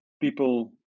people